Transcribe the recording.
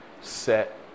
set